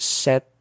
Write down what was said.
set